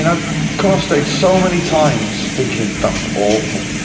and i've come offstage so many times thinking that was awful,